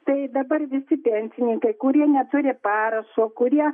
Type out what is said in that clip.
tai dabar visi pensininkai kurie neturi parašo kurie